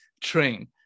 train